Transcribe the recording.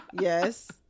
yes